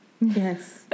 Yes